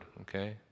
okay